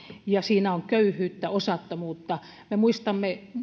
ja siinä on köyhyyttä osattomuutta me muistamme